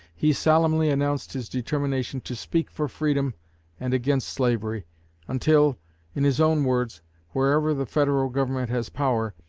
he solemnly announced his determination to speak for freedom and against slavery until in his own words wherever the federal government has power,